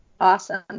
Awesome